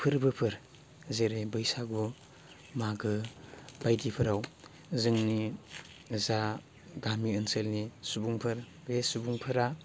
फोरबोफोर जेरै बैसागुयाव मागो बायदिफोराव जोंनि जा गामि ओनसोलनि सुबुंफोर बे सुबुंफोरा